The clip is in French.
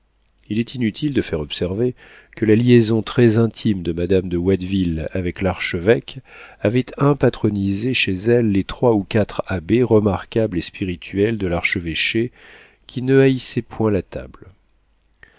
il est inutile de faire observer que la liaison très intime de madame de watteville avec l'archevêque avait impatronisé chez elle les trois ou quatre abbés remarquables et spirituels de l'archevêché qui ne haïssaient point la table